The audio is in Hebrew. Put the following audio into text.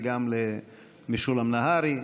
וגם למשולם נהרי,